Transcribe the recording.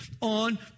on